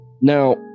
Now